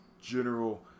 general